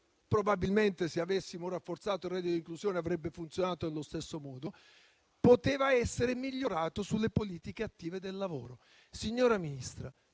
Probabilmente, se avessimo rafforzato il reddito di inclusione, avrebbe funzionato allo stesso modo. Poteva essere migliorato sulle politiche attive del lavoro. Signora Ministra,